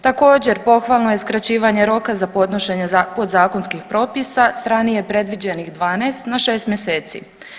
Također pohvalno je skraćivanje roka za podnošenje podzakonskih propisa s ranije predviđenih 12 na 6 mjeseci.